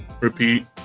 repeat